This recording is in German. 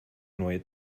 neue